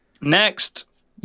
Next